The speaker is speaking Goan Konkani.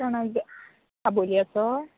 कोणाक जाय आबोंल्याचो